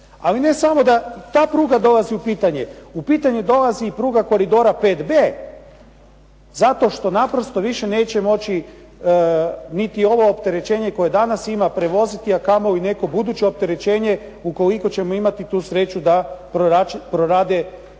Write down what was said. Ali ne samo da ta pruga dolazi u pitanje. U pitanje dolazi i pruga koridora 5B zato što naprosto više neće moći niti ovo opterećenje koje danas ima prevoziti a kamoli neko buduće opterećenje ukoliko ćemo imati tu sreću da prorade snažniji